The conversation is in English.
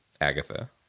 Agatha